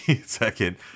second